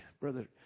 Brother